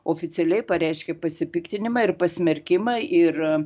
oficialiai pareiškė pasipiktinimą ir pasmerkimą ir